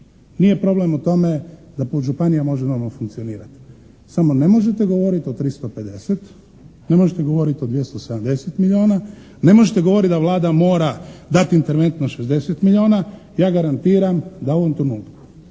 nije problem u tome da županija može normalno funkcionirati. Samo ne možete govoriti o 350, ne možete govoriti o 270 milijuna, ne možete govoriti da Vlada mora dati interventno 60 milijuna. Ja garantiram da u ovom trenutku